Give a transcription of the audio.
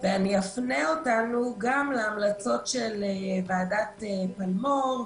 אני אפנה אותנו גם להמלצות של ועדת פלמור,